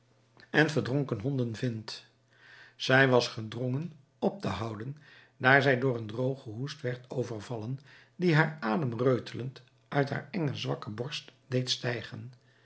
en verdronken honden vindt zij was gedrongen op te houden daar zij door een drogen hoest werd overvallen die haar adem reutelend uit haar enge zwakke borst deed hijgen